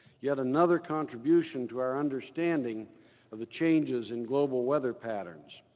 yet another contribution to our understanding of the changes in global weather patterns.